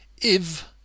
if—